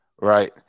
Right